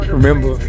Remember